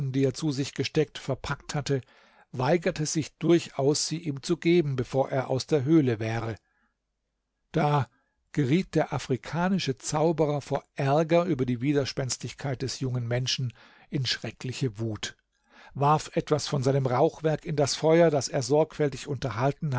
die er zu sich gesteckt verpackt hatte weigerte sich durchaus sie ihm zu geben bevor er aus der höhle wäre da geriet der afrikanische zauberer vor ärger über die widerspenstigkeit des jungen menschen in schreckliche wut warf etwas von seinem rauchwerk in das feuer das er sorgfältig unterhalten